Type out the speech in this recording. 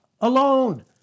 alone